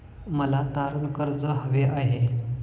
मला तारण कर्ज हवे आहे